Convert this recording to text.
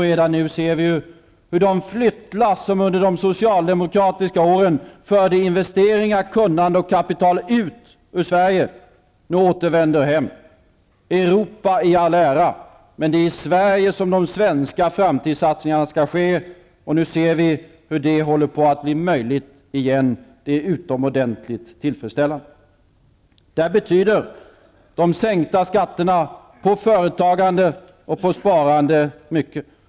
Redan nu ser vi hur de flyttlass som under de socialdemokratiska åren förde investeringar, kunnande och kapital ut ur Sverige nu återvänder hem. Europa i all ära, men det är i Sverige som de svenska framtidssatsningarna skall ske. Nu ser vi hur det håller på att bli möjligt igen. Det är utomordentligt tillfredsställande. De sänkta skatterna på företagande och sparande betyder mycket för detta.